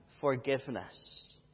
forgiveness